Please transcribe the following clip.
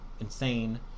insane